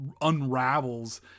unravels